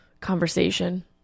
conversation